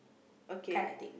okay